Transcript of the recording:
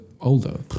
older